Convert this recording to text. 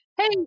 hey